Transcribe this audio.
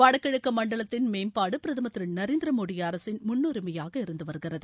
வடகிழக்கு மண்டலத்தின் மேம்பாடு பிரதமர் திரு நரேந்திர மோடி அரசின் முன்னுரிமையாக இருந்துவருகிறது